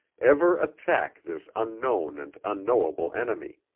ever attack this unknown and unknowable enemy.